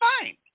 fine